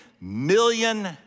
million